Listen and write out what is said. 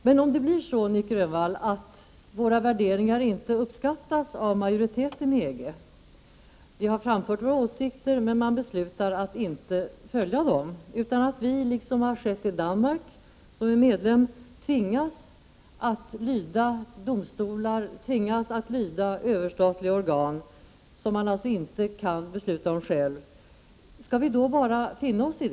Men om våra värderingar inte uppskattas av majoriteten inom EG — vi har framfört våra åsikter, men man beslutar att inte följa dem — som har skett för Danmark, som är medlem i EG, skall vi då finna oss i att tvingas lyda domstolar och överstatliga organ?